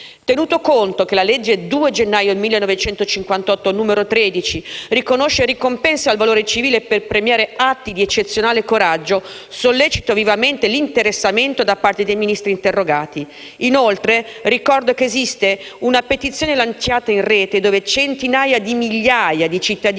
Tenuto conto che la legge 2 gennaio 1958, n. 13, riconosce e ricompensa il valore civile per premiare atti di eccezionale coraggio, sollecito vivamente l'interessamento da parte dei Ministri interrogati. Inoltre, ricordo che esiste una petizione lanciata in rete, dove centinaia di migliaia di cittadini